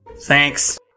Thanks